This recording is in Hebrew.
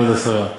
כבוד השרה,